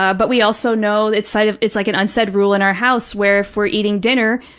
ah but we also know that, sort of it's like an unsaid rule in our house, where if we're eating dinner,